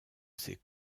ces